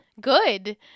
good